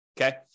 Okay